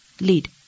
lead